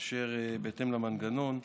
בהתאם למנגנון,